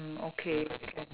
mm okay can